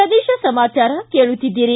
ಪ್ರದೇಶ ಸಮಾಚಾರ ಕೇಳುತ್ತಿದ್ದೀರಿ